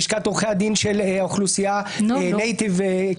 לשכת עורכי הדין של האוכלוסייה native Canadian.